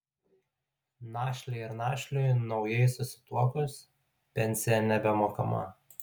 našlei ar našliui naujai susituokus pensija nebemokama